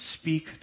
speak